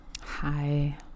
Hi